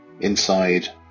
Inside